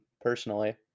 personally